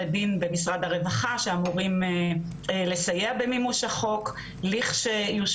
דין במשרד הרווחה שאמורים לסייע במימוש החוק לכשיושלם.